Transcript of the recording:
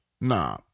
Nah